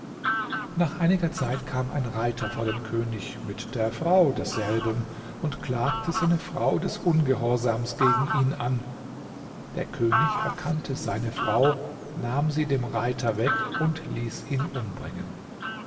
nach einiger zeit kam ein reiter vor den könig mit der frau desselben und klagte seine frau des ungehorsams gegen ihn an der könig erkannte seine frau nahm sie dem reiter weg und ließ ihn umbringen